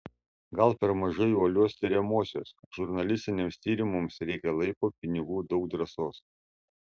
gal per mažai uolios tiriamosios žurnalistiniams tyrimams reikia laiko pinigų daug drąsos